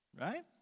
Right